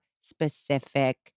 specific